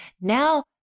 now